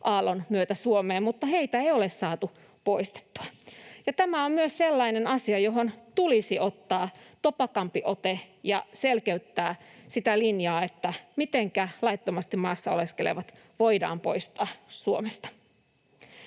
myötä Suomeen, mutta heitä ei ole saatu poistettua. Tämä on myös sellainen asia, johon tulisi ottaa topakampi ote ja selkeyttää sitä linjaa, mitenkä laittomasti maassa oleskelevat voidaan poistaa Suomesta.